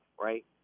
right